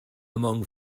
among